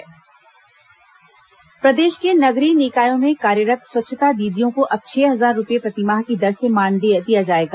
स्वच्छता दीदी मानदेय प्रदेश के नगरीय निकायों में कार्यरत स्वच्छता दीदियों को अब छह हजार रूपये प्रतिमाह की दर से मानदेय दिया जाएगा